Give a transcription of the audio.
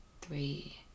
three